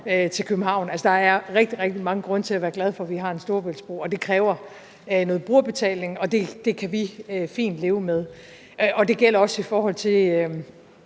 til København. Altså, der er rigtig, rigtig mange grunde til at være glad for, at vi har en Storebæltsbro. Og det kræver noget brugerbetaling, og det kan vi fint leve med – og det gælder også i forhold til